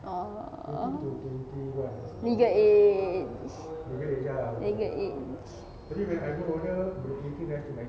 oh legal age legal age